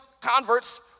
converts